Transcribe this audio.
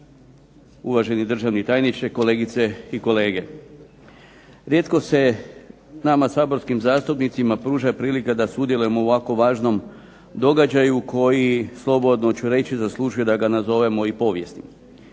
uvaženi državni tajniče, kolegice i kolege. Rijetko se nama saborskim zastupnicima pruža prilika da sudjelujemo u ovako važnom događaju koji, slobodno ću reći, zaslužuje da ga nazovemo i povijesnim.